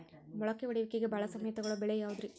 ಮೊಳಕೆ ಒಡೆಯುವಿಕೆಗೆ ಭಾಳ ಸಮಯ ತೊಗೊಳ್ಳೋ ಬೆಳೆ ಯಾವುದ್ರೇ?